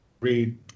read